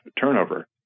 turnover